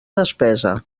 despesa